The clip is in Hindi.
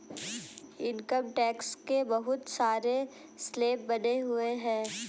इनकम टैक्स के बहुत सारे स्लैब बने हुए हैं